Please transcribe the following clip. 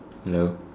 hello